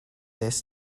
this